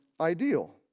ideal